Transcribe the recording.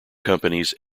companies